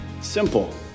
simple